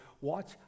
watch